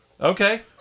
Okay